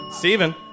Steven